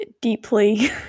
deeply